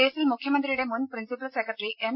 കേസിൽ മുഖ്യമന്ത്രിയുടെ മുൻ പ്രിൻസിപ്പൽ സെക്രട്ടറി എം